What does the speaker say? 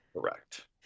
Correct